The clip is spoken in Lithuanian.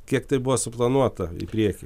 kiek tai buvo suplanuota į priekį